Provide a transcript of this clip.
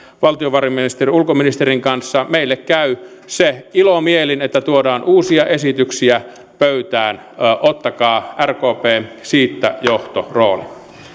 valtiovarainministerin ja ulkoministerin kanssa ja meille käy se ilomielin että tuodaan uusia esityksiä pöytään ottakaa rkp siinä johtorooli